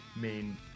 main